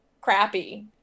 crappy